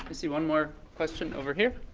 see one more question over here.